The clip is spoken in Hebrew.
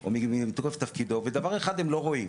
או מתוקף תפקידו ודבר אחד הם לא רואים,